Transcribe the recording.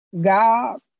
God